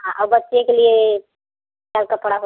आ और बच्चे के लिए क्या कपड़ा होत